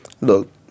look